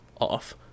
off